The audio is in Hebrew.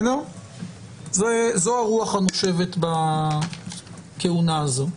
זו הרוח הנושבת בכהונה הזו.